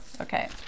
Okay